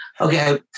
Okay